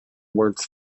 words